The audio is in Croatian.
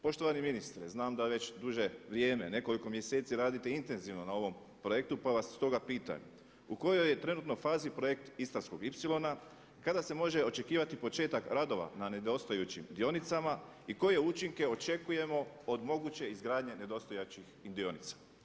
Poštovani ministre, znam da već duže vrijeme, nekoliko mjeseci radite intenzivno na ovom projektu pa vas stoga pitam u kojoj je trenutno fazi projekt Istarskog ipsilona, kada se može očekivati početak radova na nedostajućim dionicama i koje učinke očekujemo od moguće izgradnje nedostajućih dionica.